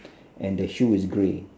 and the shoe is grey